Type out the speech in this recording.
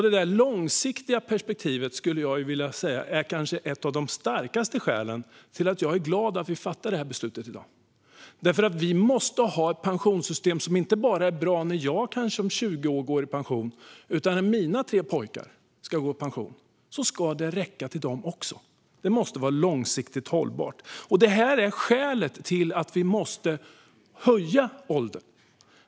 Det långsiktiga perspektivet skulle jag vilja säga är ett av de starkaste skälen till att jag är glad att vi fattar det här beslutet i dag. Vi måste nämligen ha ett pensionssystem som inte bara är bra när jag om kanske 20 år går i pension, utan det ska räcka även till mina tre pojkar när de går i pension. Det måste vara långsiktigt hållbart. Det här är skälet till att vi måste höja åldern.